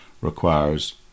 requires